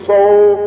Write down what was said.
Soul